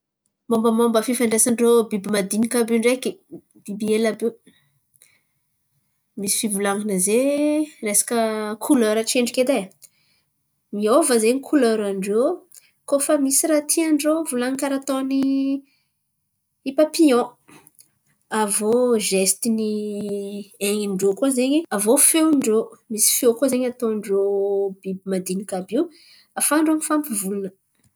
Mombamomba fifandraisan-drô biby madiniky avy io ndreky, bibihely àby io, misy fivolan̈ana zay resaka kolera antsedriky edy e miova zen̈y koleran-drô koa fa misy raha tian-drô volan̈iny karaha ataony papion aviô zesitiny ain̈in-drô koa zen̈y aviô feon-drô misy feo koa zen̈y ataon-drô biby madiniky àby io ahafan-drô mifampivolan̈a.